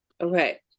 okay